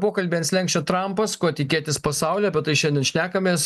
pokalbį ant slenksčio trampas ko tikėtis pasauly apie tai šiandien šnekamės